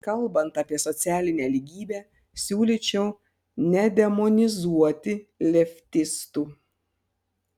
kalbant apie socialinę lygybę siūlyčiau nedemonizuoti leftistų